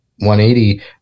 180